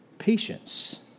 patience